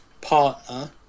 partner